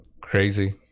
crazy